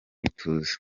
ituze